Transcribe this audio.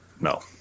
No